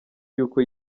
y’uko